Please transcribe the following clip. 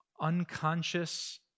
unconscious